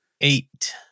eight